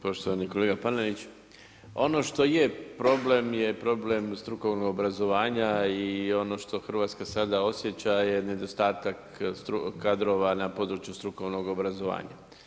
Poštovani kolega Panenić, ono što je problem je problem strukovnog obrazovanja i ono što Hrvatska sada osjeća je nedostatak kadrova na području strukovnog obrazovanja.